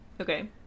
Okay